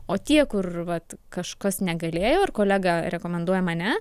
o tie kur vat kažkas negalėjo ir kolega rekomenduoja mane